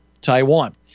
Taiwan